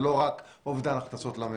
זה לא רק אובדן הכנסות למשק.